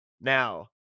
now